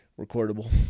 Recordable